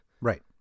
Right